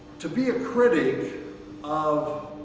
to be a critic of